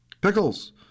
Pickles